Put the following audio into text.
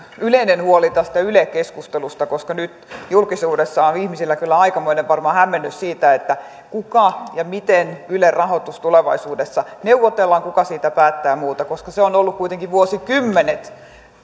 yleinen huoli tästä yle keskustelusta koska nyt julkisuudessa on ihmisillä kyllä varmaan aikamoinen hämmennys siitä miten ylen rahoitus tulevaisuudessa neuvotellaan kuka siitä päättää ja muuta se on ollut kuitenkin vuosikymmenet